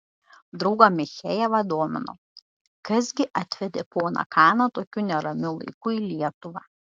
draugą michejevą domino kas gi atvedė poną kaną tokiu neramiu laiku į lietuvą